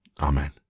Amen